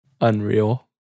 unreal